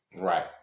Right